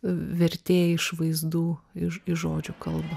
vertėjai iš vaizdų iš žodžių kalbą